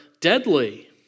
deadly